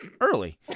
early